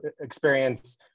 experience